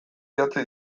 idatzi